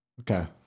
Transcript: Okay